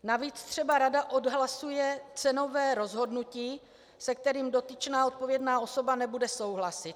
Navíc třeba rada odhlasuje cenové rozhodnutí, se kterým dotyčná odpovědná osoba nebude souhlasit.